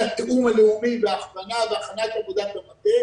התיאום הלאומי והכוונה והכנת עבודת המטה